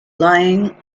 lying